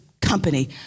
company